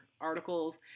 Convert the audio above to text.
articles